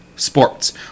sports